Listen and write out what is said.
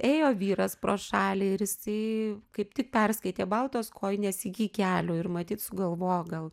ėjo vyras pro šalį ir jisai kaip tik perskaitė baltos kojinės iki kelių ir matyt sugalvojo gal